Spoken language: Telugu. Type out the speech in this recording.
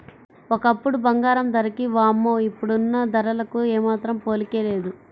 ఒకప్పుడు బంగారం ధరకి వామ్మో ఇప్పుడున్న ధరలకు ఏమాత్రం పోలికే లేదు